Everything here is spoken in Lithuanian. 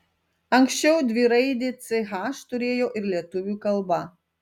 anksčiau dviraidį ch turėjo ir lietuvių kalba